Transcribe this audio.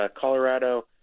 Colorado